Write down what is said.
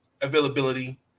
availability